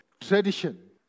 tradition